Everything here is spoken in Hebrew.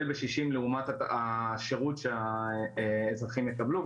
בשישים לעומת השירות שהאזרחים יקבלו,